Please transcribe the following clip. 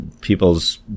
people's